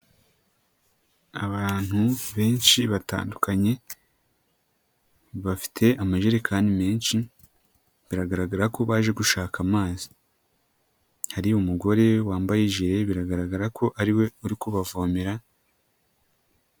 Abantu benshi batandukanye bafite amajerekani menshi biragaragara ko baje gushaka amazi, hari umugore wambaye ijire biragaragara ko ariwe uri kubavomera.